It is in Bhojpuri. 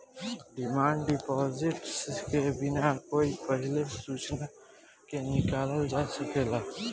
डिमांड डिपॉजिट के बिना कोई पहिले सूचना के निकालल जा सकेला